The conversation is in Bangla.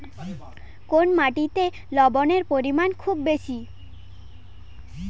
কোন মাটিতে লবণের পরিমাণ খুব বেশি?